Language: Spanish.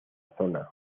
zona